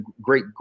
great